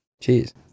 Cheers